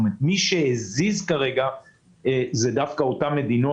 כלומר מי שהזיז כרגע זה דווקא אותן מדינות